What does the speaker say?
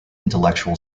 intellectual